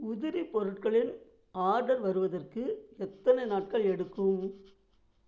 உதிரி பொருட்களின் ஆர்டர் வருவதற்கு எத்தனை நாட்கள் எடுக்கும்